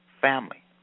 family